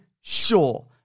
sure